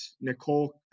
Nicole